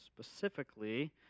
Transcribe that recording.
specifically